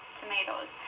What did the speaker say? tomatoes